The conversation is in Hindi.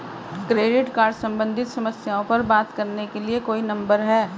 क्रेडिट कार्ड सम्बंधित समस्याओं पर बात करने के लिए कोई नंबर है?